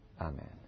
Amen